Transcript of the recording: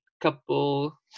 couple –